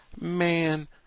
man